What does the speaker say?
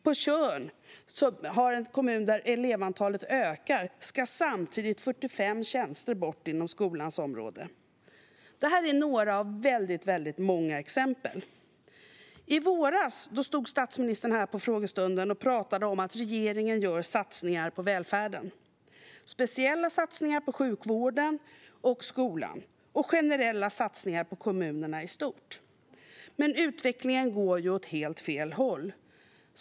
På Tjörn, en kommun där elevantalet ökar, ska samtidigt 45 tjänster bort inom skolans område. Det här är några av väldigt många exempel. I våras stod statsministern här på frågestunden och pratade om att regeringen gör satsningar på välfärden - speciella satsningar på sjukvården och skolan och generella satsningar på kommunerna i stort. Men utvecklingen går ju åt helt fel håll.